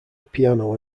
piano